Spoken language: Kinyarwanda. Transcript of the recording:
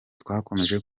twakomeje